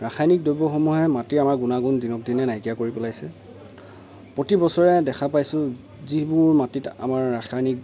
ৰাসায়নিক দ্ৰব্যসমূহে মাটিৰ আমাৰ গুণাগুণ দিনক দিনে নাইকিয়া কৰি পেলাইছে প্ৰতি বছৰে দেখা পাইছোঁ যিবোৰ মাটিত আমাৰ ৰাসায়নিক